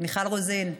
מיכל רוזין,